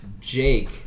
Jake